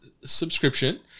subscription